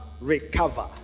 Recover